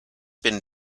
been